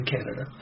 Canada